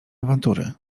awantury